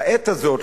לעת הזאת,